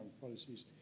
policies